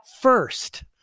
first